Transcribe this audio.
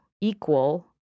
equal